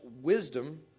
wisdom